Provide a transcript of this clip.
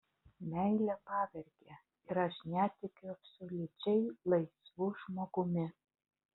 meilė pavergia ir aš netikiu absoliučiai laisvu žmogumi